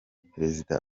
perezida